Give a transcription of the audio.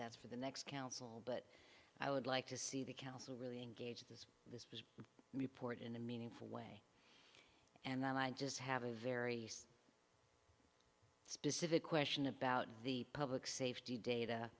that's for the next council but i would like to see the council really engage this report in a meaningful way and i just have a very specific question about the public safety data